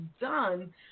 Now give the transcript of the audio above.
done